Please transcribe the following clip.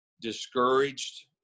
discouraged